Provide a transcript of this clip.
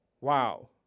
Wow